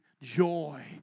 joy